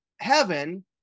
heaven